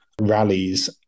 rallies